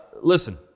listen